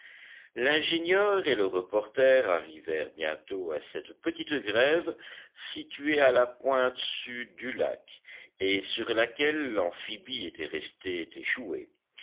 l'ingénieur et le reporter arrivèrent bientôt à cette petite grève située à la pointe sud du lac et sur laquelle l'amphibie était resté échoué